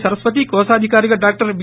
సరస్వతి కోశాధికారిగా doctor B